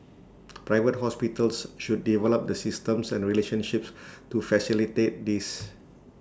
Private Hospitals should develop the systems and relationships to facilitate this